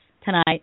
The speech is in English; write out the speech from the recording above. tonight